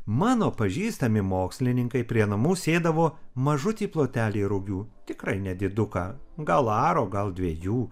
mano pažįstami mokslininkai prie namų sėdavo mažutį plotelį rugių tikrai nediduką gal aro gal dviejų